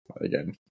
again